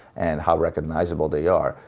and how recognizable they are,